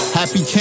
happy